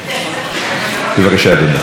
תודה, חברי היושב-ראש.